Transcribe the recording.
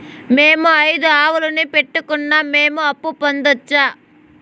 మేము ఐదు ఆవులని పెట్టుకున్నాం, మేము అప్పు పొందొచ్చా